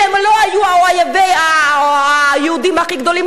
שהם לא היו אויבי היהודים הכי גדולים,